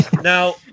Now